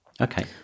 Okay